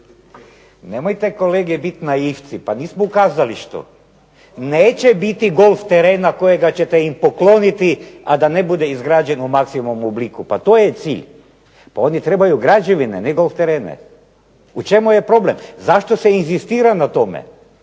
Nemojte kolege biti naivci, pa nismo u kazalištu. Neće biti golf terena kojega ćete im pokloniti a da ne bude izgrađeno u maksimum obliku, pa to je cilj, pa oni trebaju građevine ne golf terene. U čemu je problem? Zašto se inzistira na tome?